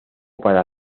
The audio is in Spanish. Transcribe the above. para